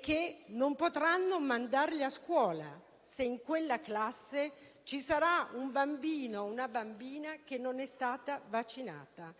che non potranno mandare a scuola se in classe ci sarà un bambino o una bambina che non è stata vaccinata.